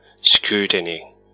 Scrutiny